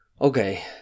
Okay